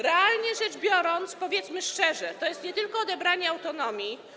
Realnie rzecz biorąc, powiedzmy szczerze, to jest nie tylko odebranie autonomii.